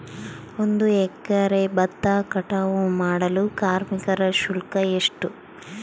ಒಂದು ಎಕರೆ ಭತ್ತ ಕಟಾವ್ ಮಾಡಲು ಕಾರ್ಮಿಕ ಶುಲ್ಕ ಎಷ್ಟು?